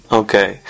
okay